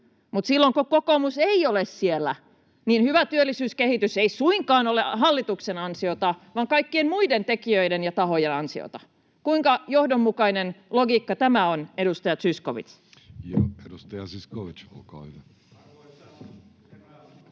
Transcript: silloin kun kokoomus ei ole siellä, niin hyvä työllisyyskehitys ei suinkaan ole hallituksen ansiota vaan kaikkien muiden tekijöiden ja tahojen ansiota. Kuinka johdonmukainen logiikka tämä on, edustaja Zyskowicz? Edustaja Zyskowicz, olkaa hyvä. [Mikrofoni